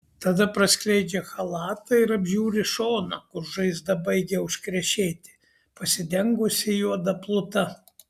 tada praskleidžia chalatą ir apžiūri šoną kur žaizda baigia užkrešėti pasidengusi juoda pluta